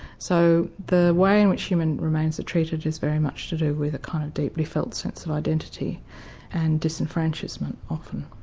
so the way in which human remains are treated is very much to do with a kind of deeply-felt sense of identity and disenfranchisement often.